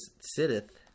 sitteth